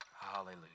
Hallelujah